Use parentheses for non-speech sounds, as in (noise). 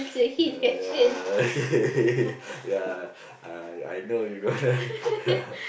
(laughs) ya I I know you gonna (laughs)